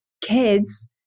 kids